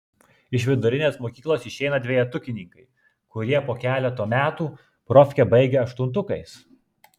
iš vidurinės mokyklos išeina dvejetukininkai kurie po keleto metų profkę baigia aštuntukais